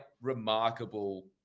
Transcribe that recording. remarkable